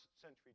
century